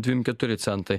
dvim keturi centai